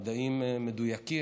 מדעים מדויקים,